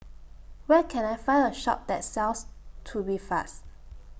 Where Can I Find A Shop that sells Tubifast